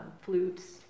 flutes